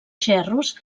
gerros